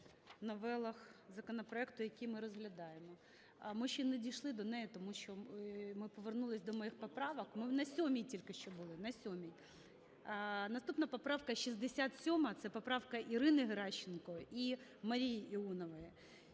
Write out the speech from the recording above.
новелах законопроекту, які ми розглядаємо. Ми ще не дійшли до неї, тому що ми повернулись до моїх поправок. Ми на 7-й тільки що були, на 7-й. Наступна поправка - 67. Це поправка Ірини Геращенко і Марії Іонової.